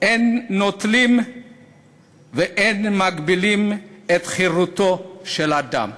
אין נוטלים ואין מגבילים את חירותו של אדם.